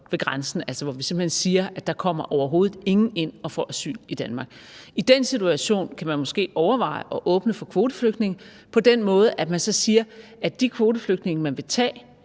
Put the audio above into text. ved grænsen, hvor vi simpelt hen siger, at der kommer overhovedet ingen ind og får asyl i Danmark. I den situation kan man måske overveje at åbne for kvoteflygtninge på den måde, at man så siger, at de kvoteflygtninge, man vil tage,